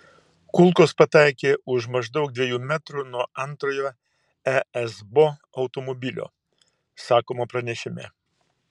kulkos pataikė už maždaug dviejų metrų nuo antrojo esbo automobilio sakoma pranešime